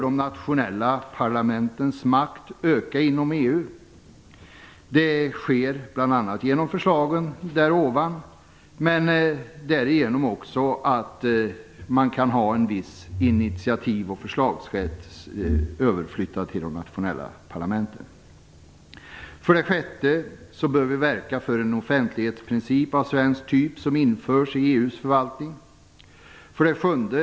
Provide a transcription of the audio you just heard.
De nationella parlamentens makt bör öka inom EU. Det sker bl.a. med hjälp av de tidigare nämnda förslagen, men också genom att en viss initiativ och förslagsrätt flyttas över till de nationella parlamenten. 6. Vi bör verka för att en offentlighetsprincip av svenskt slag införs i EU:s förvaltning. 7.